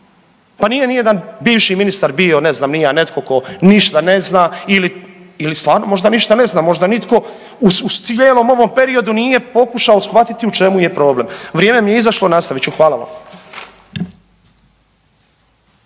Pa nije nijedan bivši ministar bio, ne znam ni ja, netko tko ništa ne zna. Ili, ili stvarno možda ništa ne zna, možda nitko u cijelom ovom periodu nije pokušao shvatiti u čemu je problem? Vrijeme mi je izašlo, nastavit ću. Hvala vam.